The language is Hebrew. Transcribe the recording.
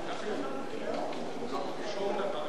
סעיפים 1 11 נתקבלו.